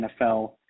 NFL